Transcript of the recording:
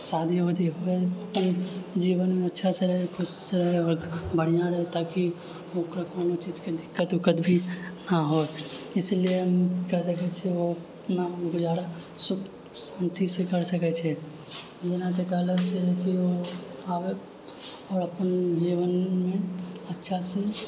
शादी उदी होए जीवनमे अच्छा से रहए खुश रहए आओर बढ़िआँ रहए ताकि ओकरा कोनो चीजके दिक्कत उक्कत भी नहि होए इसलिए हम कह सकैत छिऐ अपना गुजारा सुख शांति से कर सकैत छै जेनाकि आबए वाला आओर अपन जीवनमे अच्छा से